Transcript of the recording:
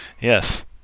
yes